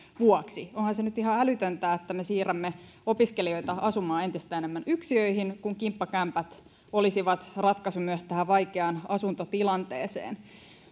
vuoksi niin onhan se nyt ihan älytöntä että me siirrämme opiskelijoita asumaan entistä enemmän yksiöihin kun kimppakämpät olisivat ratkaisu myös vaikeaan asuntotilanteeseen